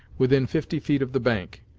within fifty feet of the bank,